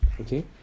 okay